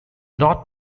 not